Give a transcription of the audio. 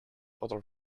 other